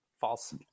False